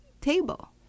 table